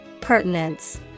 Pertinence